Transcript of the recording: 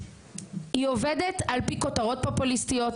היא עובדת על פי כותרות פופוליסטיות,